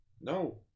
no